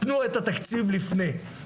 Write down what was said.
תנו את התקציב לפני.